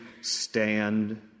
stand